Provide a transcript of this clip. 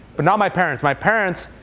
but not my parents my parents,